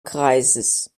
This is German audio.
kreises